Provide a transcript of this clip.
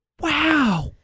Wow